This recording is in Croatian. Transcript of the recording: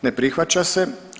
Ne prihvaća se.